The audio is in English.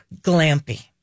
Glampy